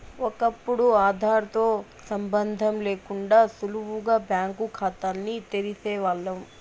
ఒకప్పుడు ఆదార్ తో సంబందం లేకుండా సులువుగా బ్యాంకు కాతాల్ని తెరిసేవాల్లం